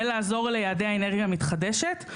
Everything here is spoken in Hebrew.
ולעזור ליעדי האנרגיה המתחדשת.